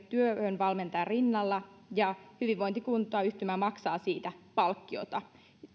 työhönvalmentajan rinnalla ja hyvinvointikuntayhtymä maksaa siitä palkkiota